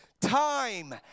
Time